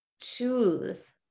choose